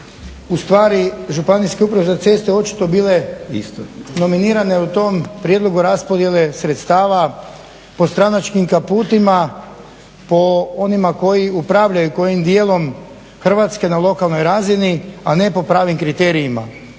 ustvari županijske uprave za ceste očito bile nominirane u tom prijedlogu raspodjele sredstava po stranačkim kaputima, po onima koji upravljaju kojim dijelom Hrvatske na lokalnoj razini, a ne po pravim kriterijima.